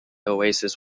oasis